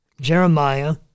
Jeremiah